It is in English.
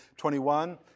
21